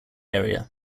area